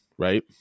right